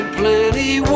plenty